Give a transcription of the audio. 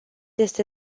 este